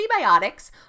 prebiotics